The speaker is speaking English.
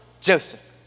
Joseph